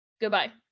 goodbye